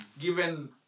Given